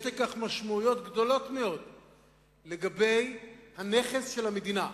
יש לכך משמעויות גדולות מאוד לגבי הנכס של המדינה.